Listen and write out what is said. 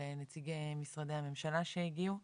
ולנציגי משרדי הממשלה שהגיעו.